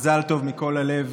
מזל טוב מכל הלב.